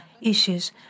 issues